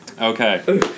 okay